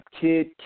kid